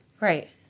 right